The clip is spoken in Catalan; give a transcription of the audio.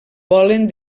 volen